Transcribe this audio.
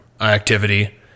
activity